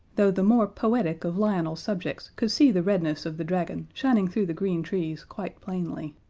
though the more poetic of lionel's subjects could see the redness of the dragon shining through the green trees quite plainly.